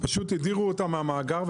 פשוט הדירו אותם מהמאגר.